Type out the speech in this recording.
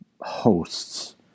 hosts